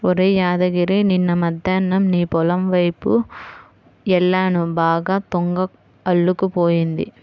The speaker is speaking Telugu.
ఒరేయ్ యాదగిరి నిన్న మద్దేన్నం నీ పొలం వైపు యెల్లాను బాగా తుంగ అల్లుకుపోయింది